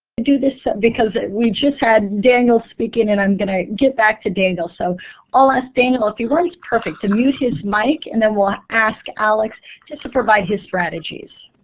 do this, because we just had daniel speaking. and i'm going to get back to daniel. so i'll ask daniel if he wants to mute his mic, and then we'll ah ask alex to to provide his strategies.